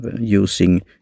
using